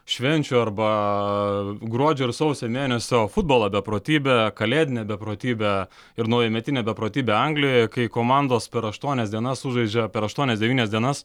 švenčių arba gruodžio ir sausio mėnesio futbolo beprotybė kalėdinė beprotybė ir naujametinė beprotybė anglijoje kai komandos per aštuonias dienas sužaidžia per aštuonias devynias dienas